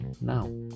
now